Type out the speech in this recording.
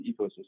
ecosystem